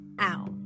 Ow